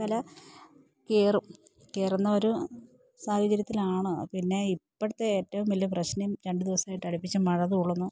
വില കയറും കയറുന്ന ഒരു സാഹചര്യത്തിലാണ് പിന്നെ ഇപ്പോഴത്തെ ഏറ്റവും വലിയ പ്രശ്നം രണ്ട് ദിവസമായിട്ട് അടുപ്പിച്ച് മഴതൂളുന്നു